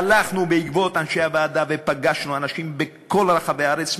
והלכנו בעקבות אנשי הוועדה ופגשנו אנשים בכל רחבי הארץ,